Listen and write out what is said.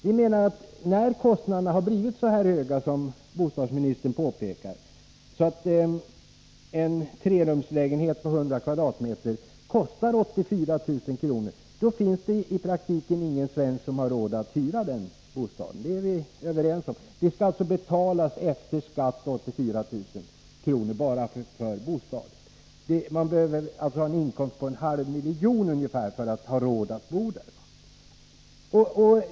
Vi menar, att när kostnaderna har blivit så höga att en trerumslägenhet på hundra kvadratmeter, som bostadsministern påpekade, kostar 84 000 kr., har ingen svensk i praktiken råd att hyra den bostaden — det är vi överens om. Man måste alltså betala 84 000 kr. efter skatt bara för bostaden, och man måste då ha en inkomst på ungefär en halv miljon för att ha råd att bo i en sådan bostad.